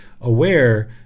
aware